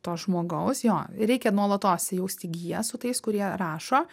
to žmogaus jo reikia nuolatos jausti giją su tais kurie rašo